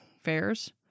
fairs